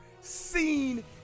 seen